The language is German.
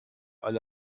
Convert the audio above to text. alle